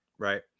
Right